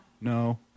No